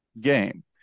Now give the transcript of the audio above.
game